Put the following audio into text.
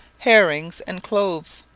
herrings, and cloves.